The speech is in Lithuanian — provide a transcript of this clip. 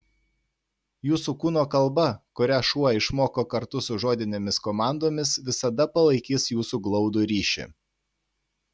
jūsų kūno kalba kurią šuo išmoko kartu su žodinėmis komandomis visada palaikys jūsų glaudų ryšį